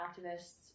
activists